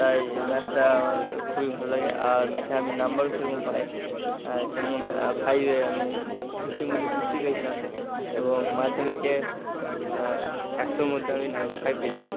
তাই ম্যাথটা আমার খুবই ভালো লাগে আর ম্যাথে আমি নম্বরও সেরকম পাই যেমন ফাইভে আমি ফিফটির মধ্যে ফিফটি পেয়েছিলাম এবং মাধ্যমিকে একশোর মধ্যে আমি নাইনটি ফাইভ পেয়েছিলাম